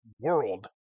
world